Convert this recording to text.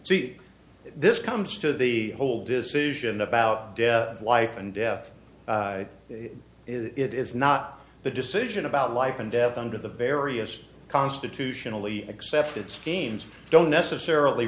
this comes to the whole decision about life and death it is not the decision about life and death under the various constitutionally accepted schemes don't necessarily